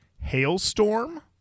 Hailstorm